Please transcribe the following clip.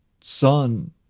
son